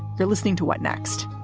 you're listening to what next.